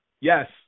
Yes